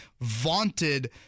vaunted